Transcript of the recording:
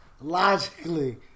logically